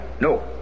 No